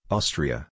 Austria